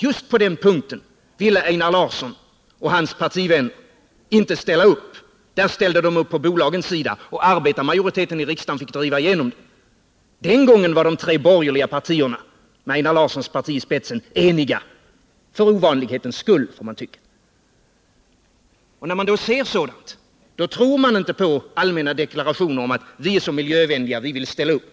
Just på den punkten ville Einar Larsson och hans partivänner inte ställa upp. Där ställde de upp på bolagens sida, och arbetarmajoriteten i riksdagen fick driva igenom det kravet. Den gången var de tre borgerliga partierna med Einar Larssons parti i spetsen eniga — för ovanlighetens skull kan man tycka. När man ser sådant tror man inte på allmänna deklarationer av typen: Viär så miljövänliga, vi vill ställa upp.